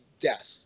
death